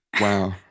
Wow